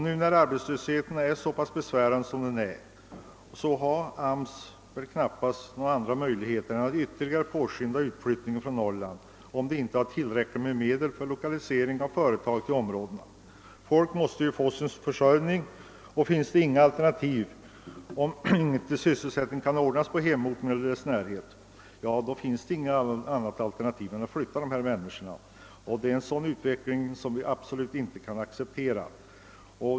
Nu, när arbetslösheten är så pass besvärande som den är, har AMS knappast några andra möjligheter än att ytterligare påskynda utflyttningen från Norrland, om den inte har tillräckligt med medel för lokalisering av företag till områdena. Folk måste få sin försörjning, och det finns inga alternativ om inte sysselsättning kan ordnas på hemorten eller i dess närhet. Det enda återstående alternativet är att flytta dessa människor, vilket är en utveckling som vi absolut inte kan acceptera.